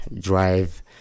drive